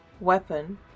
weapon